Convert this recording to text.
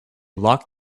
locked